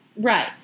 right